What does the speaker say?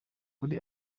kuri